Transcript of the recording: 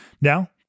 Now